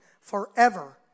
forever